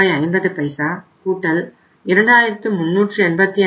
50 2385